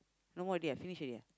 no more already ah finish already ah